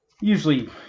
usually